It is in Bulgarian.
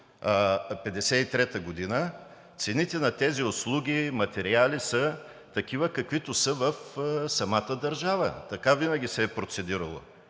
1953 г., цените на тези услуги, материали са такива, каквито са в самата държава. Така винаги се е процедирало.